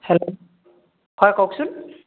hello হয় কওকচোন